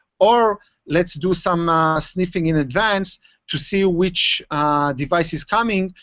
or let's do some ah sniffing in advance to see which device is coming,